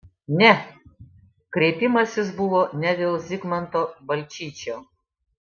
ne kreipimasis buvo ne dėl zigmanto balčyčio